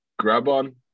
Grabon